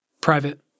private